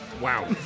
Wow